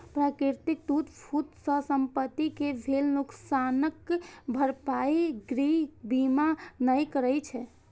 प्राकृतिक टूट फूट सं संपत्ति कें भेल नुकसानक भरपाई गृह बीमा नै करै छै